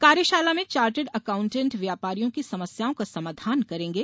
कार्यशाला में chartered accountant व्यापारियों की समस्याओं का समाधान करेंगे